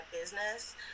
business